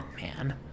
man